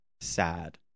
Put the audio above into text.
sad